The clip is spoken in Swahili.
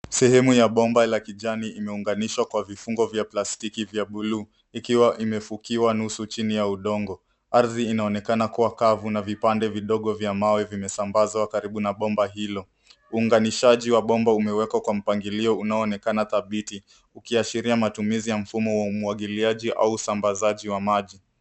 Sehemu ya bomba la kijani imeunganishwa kwa vifungo vya plastiki vya bluu ikiwa imefukiwa nusu chini ya udongo. Ardhi inaonekana kuwa kavu na vipande vidogo vya mawe vimesambazwa karibu na bomba hilo. Uunganishaji wa bomba umewekwa kwa mpangilio unaoonekana dhabiti ukiashiria matumizi ya mfumo wa umwagiliaji au usambazaji wa maji.